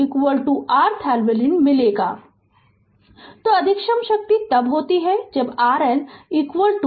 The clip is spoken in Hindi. Refer Slide Time 0935 तो अधिकतम शक्ति तब होती है जब RL RThevenin हो